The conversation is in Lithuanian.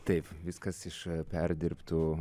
taip viskas iš perdirbtų